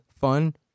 fun